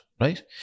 right